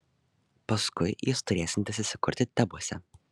paskui jis turėsiantis įsikurti tebuose